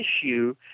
issue